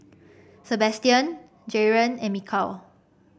Sabastian Jaren and Mikal